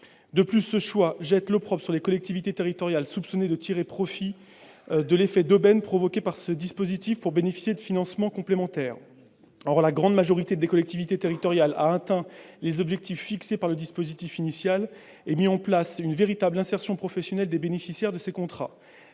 De plus, ce choix jette l'opprobre sur les collectivités territoriales, soupçonnées de tirer profit de l'effet d'aubaine provoqué par ce dispositif pour bénéficier de financements complémentaires. Or la grande majorité des collectivités territoriales a atteint les objectifs fixés par le dispositif initial et mis en place une véritable insertion professionnelle des bénéficiaires de ces contrats.